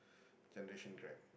generation gap